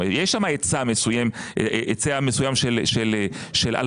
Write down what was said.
יש שם היצע מסוים של הלוואות,